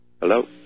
Hello